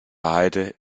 behalte